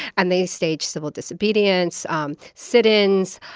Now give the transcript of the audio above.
and they staged civil disobedience um sit-ins.